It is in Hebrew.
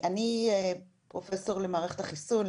אני פרופסור למערכת החיסון,